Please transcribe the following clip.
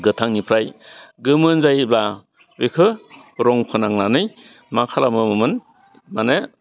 गोथांनिफ्राय गोमोन जायोब्ला बेखौ रं फोनांनानै मा खालामोमोन मानि